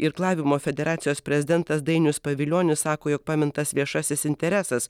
irklavimo federacijos prezidentas dainius pavilionis sako jog pamintas viešasis interesas